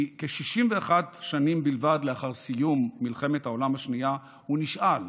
כי כ-61 שנים בלבד לאחר סיום מלחמת העולם השנייה הוא נשאל,